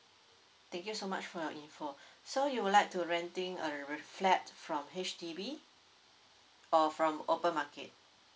thank you so much for your info so you would like to renting a uh flat from H_D_B or from open market